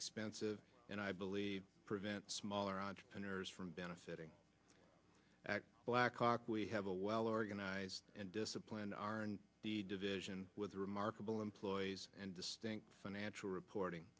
expensive and i believe prevent smaller entrepreneurs from benefiting blackhawk we have a well organized and disciplined r and d division with remarkable employees and distinct financial reporting